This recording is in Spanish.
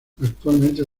actualmente